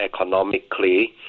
economically